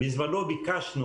בזמנו ביקשנו,